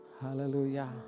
Hallelujah